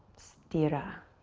sthira.